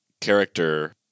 character